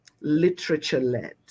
literature-led